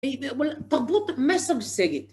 תרבות משגשגת